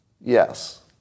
Yes